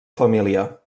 família